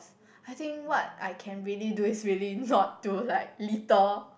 I think what I can really do is really not to like litter